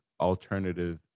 alternative